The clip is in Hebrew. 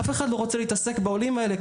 אף אחד לא רוצה להתעסק בעולים האלה,